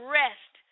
rest